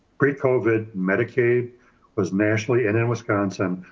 pre covid medicaid was nationally and in wisconsin,